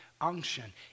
unction